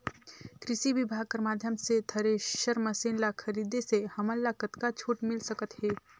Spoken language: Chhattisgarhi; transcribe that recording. कृषि विभाग कर माध्यम से थरेसर मशीन ला खरीदे से हमन ला कतका छूट मिल सकत हे?